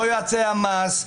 לא בבחינת יועצי המס,